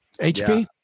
HP